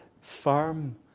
firm